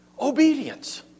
obedience